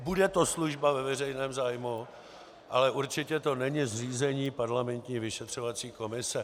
Bude to služba ve veřejném zájmu, ale určitě to není zřízení parlamentní vyšetřovací komise.